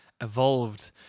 evolved